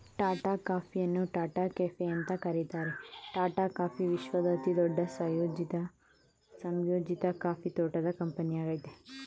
ಟಾಟಾ ಕಾಫಿಯನ್ನು ಟಾಟಾ ಕೆಫೆ ಅಂತ ಕರೀತಾರೆ ಟಾಟಾ ಕಾಫಿ ವಿಶ್ವದ ಅತಿದೊಡ್ಡ ಸಂಯೋಜಿತ ಕಾಫಿ ತೋಟದ ಕಂಪನಿಯಾಗಯ್ತೆ